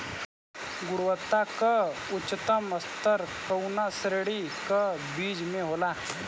गुणवत्ता क उच्चतम स्तर कउना श्रेणी क बीज मे होला?